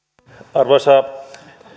arvoisa